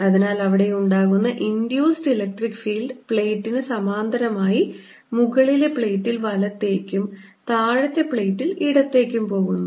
അതിനാൽ അവിടെയുണ്ടാകുന്ന induced electric field പ്ലേറ്റിന് സമാന്തരമായി മുകളിലെ പ്ലേറ്റിൽ വലത്തേയ്ക്കും താഴത്തെ പ്ലേറ്റിൽ ഇടത്തേയ്ക്കും പോകുന്നു